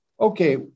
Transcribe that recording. okay